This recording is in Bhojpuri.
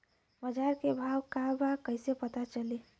बाजार के भाव का बा कईसे पता चली?